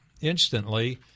instantly